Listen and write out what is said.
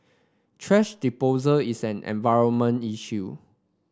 thrash disposal is an environment issue